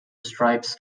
stripes